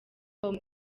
com